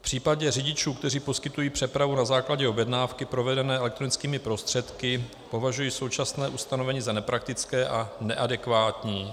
V případě řidičů, kteří poskytují přepravu na základě objednávky provedené elektronickými prostředky, považuji současné ustanovení za nepraktické a neadekvátní.